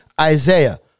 Isaiah